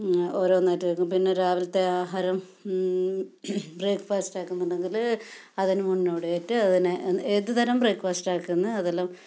ഓരോന്നായിട്ട് വയ്ക്കും പിന്നെ രാവിലത്തെ ആഹാരം ബ്രേക്ക്ഫാസ്റ്റ് ആക്കുന്നുണ്ടെങ്കിൽ അതിന് മുന്നോടി ആയിട്ട് അതിനെ ഏത് തരം ബ്രേക്ക്ഫാസ്റ്റ് ആക്കുന്നു അതെല്ലാം